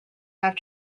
have